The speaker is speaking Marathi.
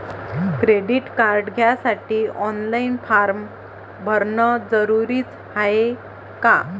क्रेडिट कार्ड घ्यासाठी ऑनलाईन फारम भरन जरुरीच हाय का?